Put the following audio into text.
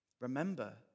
Remember